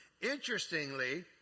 Interestingly